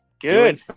good